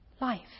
life